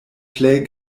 plej